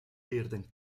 leerden